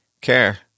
care